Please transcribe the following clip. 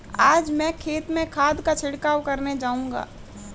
आज मैं खेत में खाद का छिड़काव करने जाऊंगा